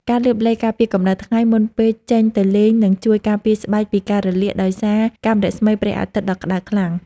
ការលាបឡេការពារកម្តៅថ្ងៃមុនពេលចេញទៅលេងនឹងជួយការពារស្បែកពីការរលាកដោយសារកាំរស្មីព្រះអាទិត្យដ៏ក្តៅខ្លាំង។